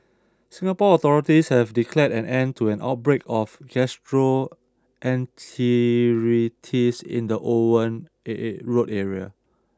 Singapore authorities have declared an end to an outbreak of gastroenteritis in the Owen Road area